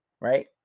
right